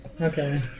Okay